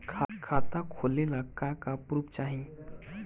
खाता खोलले का का प्रूफ चाही?